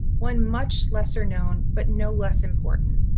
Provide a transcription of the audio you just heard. one much lesser known but no less important.